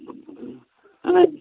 अच्छा